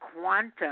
quantum